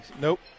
Nope